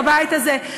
בבית הזה.